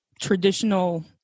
traditional